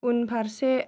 उनफारसे